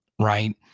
right